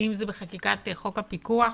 חקיקת חוק הפיקוח